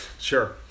sure